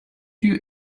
you